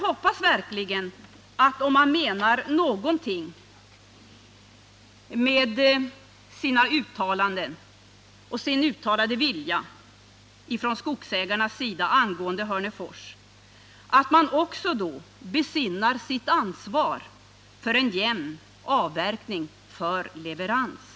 Men om Skogsägarna menar någonting med sin uttalade vilja angående Hörnefors hoppas jag verkligen att man besinnar sitt ansvar för en jämn avverkning för leverans.